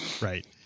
right